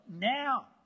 now